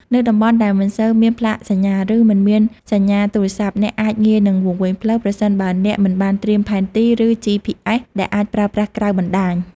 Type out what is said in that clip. នៅតំបន់ដែលមិនសូវមានផ្លាកសញ្ញា ឬមិនមានសញ្ញាទូរស័ព្ទ អ្នកអាចងាយនឹងវង្វេងផ្លូវ ប្រសិនបើអ្នកមិនបានត្រៀមផែនទី ឬ GPS ដែលអាចប្រើបានក្រៅបណ្តាញ។